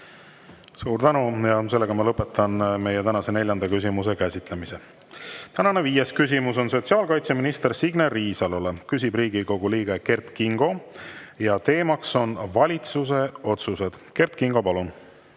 Suur tänu! Lõpetan meie tänase neljanda küsimuse käsitlemise. Tänane viies küsimus on sotsiaalkaitseminister Signe Riisalole, küsib Riigikogu liige Kert Kingo ja teema on valitsuse otsused. Kert Kingo, palun!